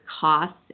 costs